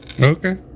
Okay